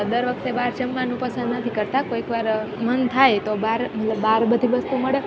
દર વખતે બહાર જમવાનું પસંદ નથી કરતાં કોઈક વાર મન થાય તો બાર મતલબ બહાર બધી વસ્તુ મળે